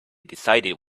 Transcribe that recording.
decided